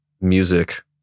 music